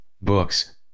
books